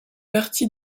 partie